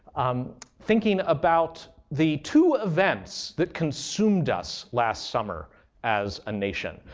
um thinking about the two events that consumed us last summer as a nation.